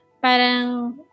parang